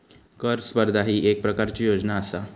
कर स्पर्धा ही येक प्रकारची योजना आसा